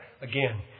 again